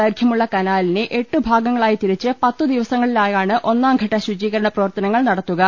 ദൈർഘ്യമുള്ള കനാലിനെ എട്ടുഭാഗങ്ങളായി തിരിച്ച് പത്തു ദിവസങ്ങളിലായാണ് ഒന്നാംഘട്ട ശുചീ കരണ പ്രവർത്തനങ്ങൾ നടത്തുക